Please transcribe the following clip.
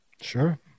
sure